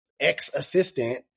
ex-assistant